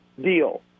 deal